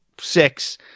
six